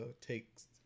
takes